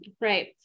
Right